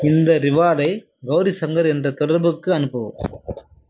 இந்த ரிவார்டை கௌரி சங்கர் என்ற தொடர்புக்கு அனுப்பவும்